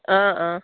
অঁ অঁ